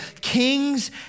kings